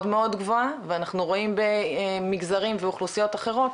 מאוד גבוהה ואנחנו רואים במגזרים ואוכלוסיות אחרות,